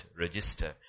register